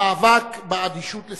המאבק באדישות לסוגיה.